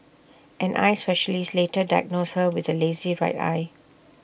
an eye specialist later diagnosed her with A lazy right eye